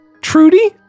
Trudy